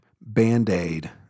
band-aid